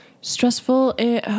Stressful